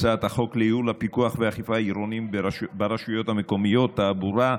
הצעת החוק לייעול הפיקוח והאכיפה העירוניים ברשויות המקומיות (תעבורה)